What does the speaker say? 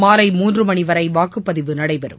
மாலை மூன்று மணி வரை வாக்குபதிவு நடைபெறும்